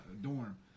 dorm